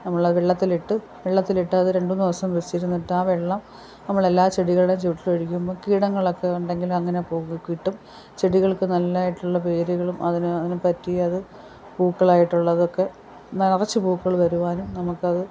നമ്മൾ വെള്ളത്തിലിട്ട് വെള്ളത്തിലിട്ടത് രണ്ട് മൂന്ന് ദിവസം വെച്ചിരുന്നിട്ടാണ് വെള്ളം നമ്മളെല്ലാ ചെടികൾടേം ചോട്ടിൽ ഒഴിക്കുമ്പോൾ കീടങ്ങളൊക്കെ ഉണ്ടെങ്കിൽ അങ്ങനെ പോയികിട്ടും ചെടികൾക്ക് നല്ലതായിട്ടുള്ള വേരുകളും അതിന് അതിന് പറ്റിയത് പൂക്കളായിട്ടുള്ളതൊക്കെ നിറച്ച് പൂക്കൾ വരുവാനും നമുക്കത്